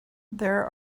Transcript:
there